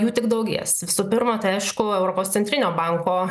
jų tik daugės visų pirma tai aišku europos centrinio banko